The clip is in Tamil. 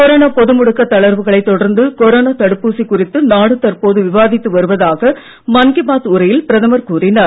கொரோனா பொது முடக்க தளர்வுகளை தொடர்ந்து கொரோனா தடுப்பூசி குறித்து நாடு தற்போது விவாதித்து வருவதாக மன் கீ பாத் உரையில் பிரதமர் கூறினார்